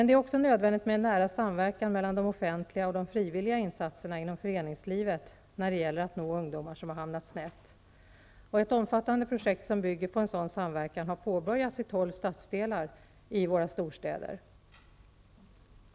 Det är också nödvändigt med en nära samverkan mellan de offentliga och de frivilliga insatserna inom föreningslivet när det gäller att nå ungdomar som har hamnat snett. Ett omfattande projekt som bygger på en sådan samverkan har påbörjats i tolv stadsdelar i våra storstäder.